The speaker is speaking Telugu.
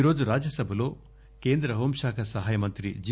ఈరోజు రాజ్యసభలో కేంద్ర హోంశాఖ సహాయ మంత్రి జి